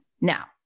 now